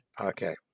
Okay